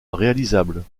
réalisable